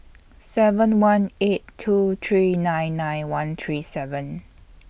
seven one eight two three nine nine one three seven